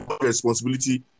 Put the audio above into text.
responsibility